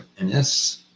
NS